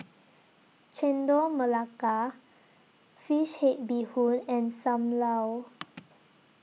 Chendol Melaka Fish Head Bee Hoon and SAM Lau